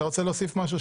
אתה רוצה להוסיף משהו,